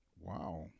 Wow